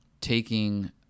taking